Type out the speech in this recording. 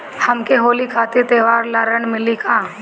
हमके होली खातिर त्योहार ला ऋण मिली का?